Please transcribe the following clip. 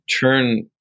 turn